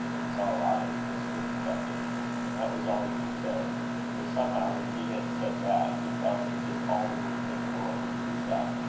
it's all right whispered the second and that was all he could say for somehow when he had said that, he felt as if all the words in the world were used up.